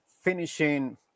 finishing